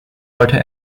wollte